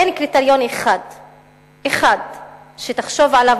אין קריטריון אחד שתחשוב עליו,